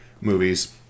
movies